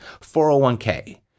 401k